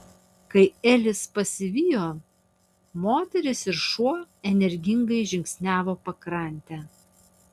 kai elis pasivijo moteris ir šuo energingai žingsniavo pakrante